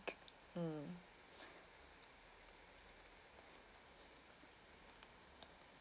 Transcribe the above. mm